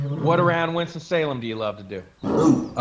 what around winston-salem do you love to do?